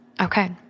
Okay